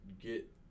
get –